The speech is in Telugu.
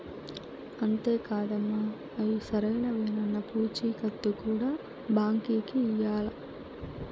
అంతే కాదమ్మ, అయ్యి సరైనవేనన్న పూచీకత్తు కూడా బాంకీకి ఇయ్యాల్ల